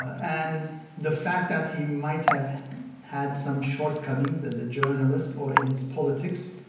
and the fact that he might have had some shortcomings as a journalist or in his politics,